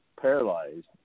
Paralyzed